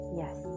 yes